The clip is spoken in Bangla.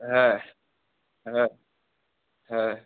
হ্যাঁ হ্যাঁ হ্যাঁ